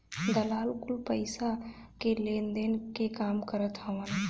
दलाल कुल पईसा के लेनदेन के काम करत हवन